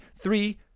Three